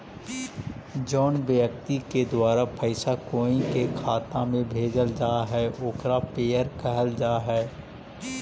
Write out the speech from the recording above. जउन व्यक्ति के द्वारा पैसा कोई के खाता में भेजल जा हइ ओकरा पेयर कहल जा हइ